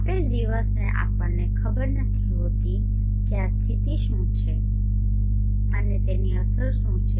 આપેલ દિવસે આપણને ખબર નથી હોતી કે આ સ્થિતિ શું છે અને તેની અસરો શું છે